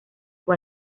fue